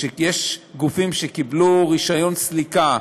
שיש גופים שקיבלו רישיון סליקה,